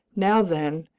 now then,